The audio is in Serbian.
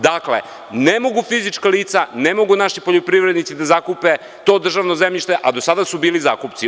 Dakle, ne mogu fizička lica, ne mogu naši poljoprivrednici da zakupe to državno zemljište, a do sada su bili zakupci.